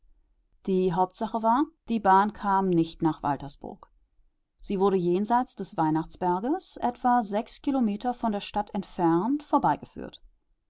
die hauptsache war die bahn kam nicht nach waltersburg sie wurde jenseits des weihnachtsberges etwa sechs kilometer von der stadt entfernt vorbeigeführt